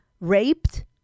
raped